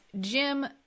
Jim